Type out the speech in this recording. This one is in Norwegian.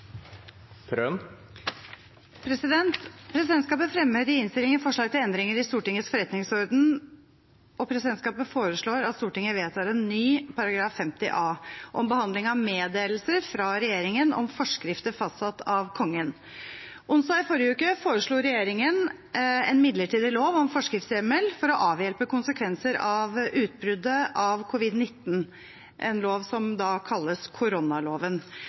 Presidentskapet fremmer i innstillingen forslag til endringer i Stortingets forretningsorden, og presidentskapet foreslår at Stortinget vedtar en ny § 50 a, om behandling av meddelelser fra regjeringen om forskrifter fastsatt av Kongen. Onsdag i forrige uke foreslo regjeringen en midlertidig lov om forskriftshjemmel for å avhjelpe konsekvenser av utbruddet av covid-19 – en lov som kalles koronaloven.